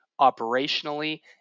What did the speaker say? operationally